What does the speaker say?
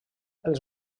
els